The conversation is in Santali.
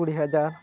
ᱠᱩᱲᱤ ᱦᱟᱡᱟᱨ